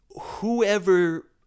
whoever